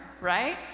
right